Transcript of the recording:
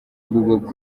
google